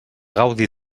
gaudi